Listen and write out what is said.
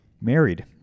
Married